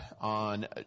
on